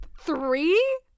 three